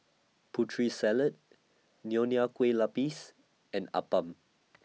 Putri Salad Nonya Keeh Lapis and Appam